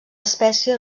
espècie